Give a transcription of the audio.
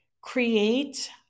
create